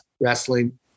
wrestling